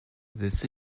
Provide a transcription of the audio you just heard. this